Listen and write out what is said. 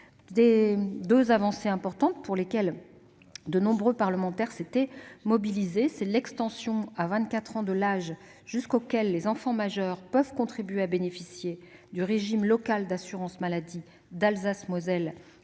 deux avancées importantes, pour lesquelles de nombreux parlementaires s'étaient mobilisés : l'extension à 24 ans de l'âge jusqu'auquel les enfants majeurs peuvent bénéficier du régime local d'assurance maladie d'Alsace-Moselle